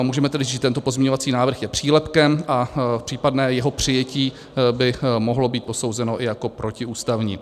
Můžeme tedy říct, že tento pozměňovací návrh je přílepkem a případné jeho přijatí by mohlo být posouzeno i jako protiústavní.